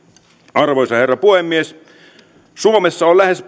arvoisa herra puhemies suomessa on lähes